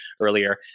earlier